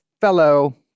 fellow